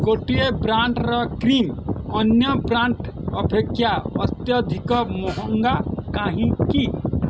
ଗୋଟିଏ ବ୍ରାଣ୍ଡ୍ର କ୍ରିମ୍ ଅନ୍ୟ ବ୍ରାଣ୍ଡ୍ ଅପେକ୍ଷା ଅତ୍ୟଧିକ ମହଙ୍ଗା କାହିଁକି